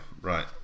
right